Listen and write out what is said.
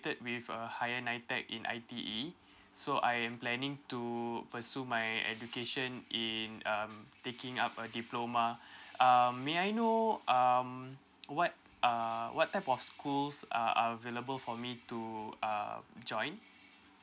with a higher nitec in I_T_E so I am planning to pursue my education in um taking up a diploma um may I know um what are what type of schools are available for me to uh join